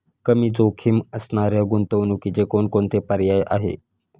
कमी जोखीम असणाऱ्या गुंतवणुकीचे कोणकोणते पर्याय आहे?